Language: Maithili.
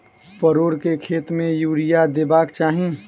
परोर केँ खेत मे यूरिया देबाक चही?